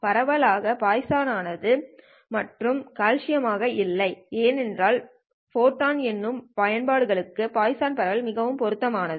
பரவலானது Poisson ஆக உள்ளது மற்றும் காஸியன் பரவல் இல்லை ஏனென்றால் ஃபோட்டான் எண்ணும் பயன்பாடுகளுக்கு பாய்சான் பரவல் மிகவும் பொருத்தமானது